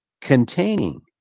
containing